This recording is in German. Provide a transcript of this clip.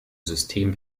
system